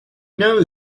know